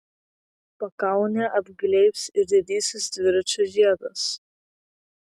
pakaunę apglėbs ir didysis dviračių žiedas